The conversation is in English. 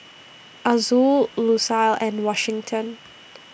Azul Lucille and Washington